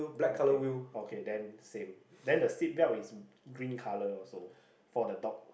okay okay then same then the seat belt is green colour also for the dog